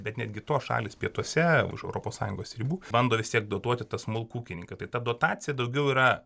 bet netgi tos šalys pietuose už europos sąjungos ribų bando vis tiek dotuoti tą smulkų ūkininką tai ta dotacija daugiau yra